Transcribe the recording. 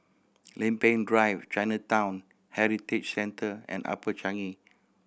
Lempeng Drive Chinatown Heritage Centre and Upper Changi